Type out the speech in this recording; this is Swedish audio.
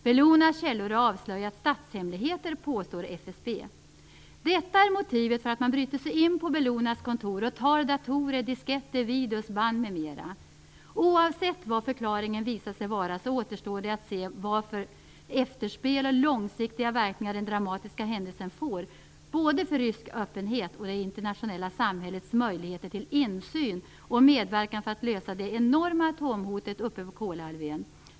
Bellonas källor avslöjar statshemligheter, påstår Detta är motivet för att man bryter sig in på Bellonas kontor och tar datorer, disketter videor, band m.m. Oavsett vad förklaringen visar sig vara återstår att se vilka efterspel och långsiktiga verkningar den dramatiska händelsen får, både för rysk öppenhet och för det internationella samhällets möjligheter till insyn och medverkan för att lösa problemet med det enorma atomhotet på Kolahalvön.